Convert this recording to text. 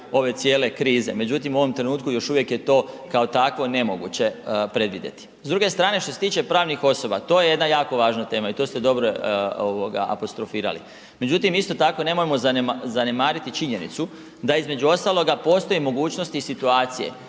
ove cijele krize. Međutim, u ovom trenutku još uvijek je to kao takvo nemoguće predvidjeti. S druge strane što se tiče pravnih osoba, to je jedna jako važna tema i to ste dobro apostrofirali, međutim isto tako nemojmo zanemariti činjenicu da između ostaloga postoji mogućnost i situacije